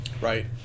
Right